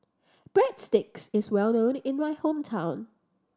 breadsticks is well known in my hometown